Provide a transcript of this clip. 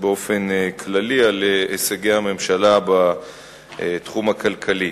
באופן כללי על הישגי הממשלה בתחום הכלכלי.